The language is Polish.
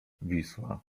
wisła